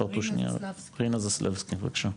רינה זסלבסקי, בבקשה.